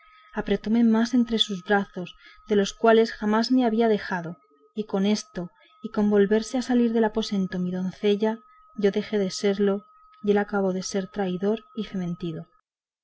apretóme más entre sus brazos de los cuales jamás me había dejado y con esto y con volverse a salir del aposento mi doncella yo dejé de serlo y él acabó de ser traidor y fementido